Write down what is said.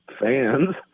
fans